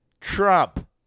Trump